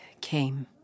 came